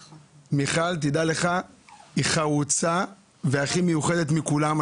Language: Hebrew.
מיכל, תדע לך, היא חרוצה והכי מיוחדת מכולם.